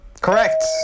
correct